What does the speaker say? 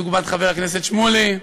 דוגמת חבר הכנסת שמולי,